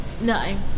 No